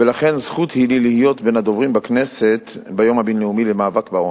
ולכן זכות היא לי להיות בין הדוברים בכנסת ביום הבין-לאומי למאבק בעוני.